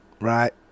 Right